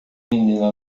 menina